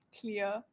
clear